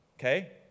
okay